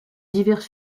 divers